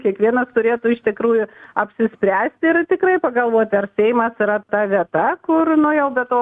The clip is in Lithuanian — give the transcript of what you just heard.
kiekvienas turėtų iš tikrųjų apsispręsti ir tikrai pagalvoti ar seimas yra ta vieta kur nu jau be to